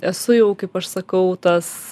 esu jau kaip aš sakau tas